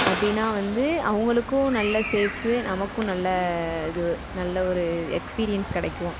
அப்படின்னா வந்து அவங்களுக்கும் நல்ல சேஃப்பு நமக்கும் நல்ல இது நல்ல ஒரு எக்ஸ்பிரியன்ஸ் கிடைக்கும்